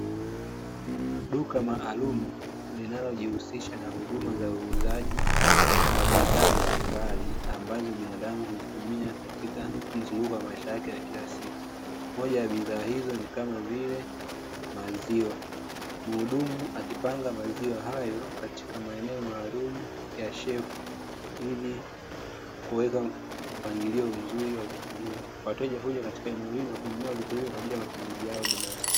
Duka maalumu linalojihusisha na huduma za uuzaji wa bidhaa mbalimbali ambazo binadamu huzitumia katika mzunguko wa maisha yake wa kila siku. Moja ya bidhaa hizo ni kama vile maziwa. Mhudumu akipanga maziwa hayo katika maeneo maalumu ya shelfu ili kuweka mpangilio mzuri wa vitu hivi. Wateja huja katika eneo hili na kununua vitu hivyo kwa ajili ya matumizi yao binafsi.